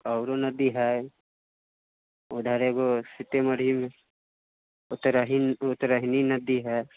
आओरो नदी हय उधर एगो सीतेमढ़ीमे उतरही उतरहिनी नदी हय